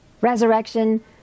resurrection